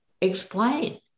explain